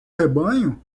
rebanho